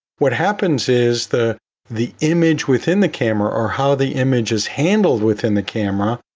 what happens is the the image within the camera or how the image is handled within the camera,